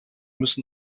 müssen